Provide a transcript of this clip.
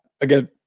again